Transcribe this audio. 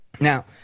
Now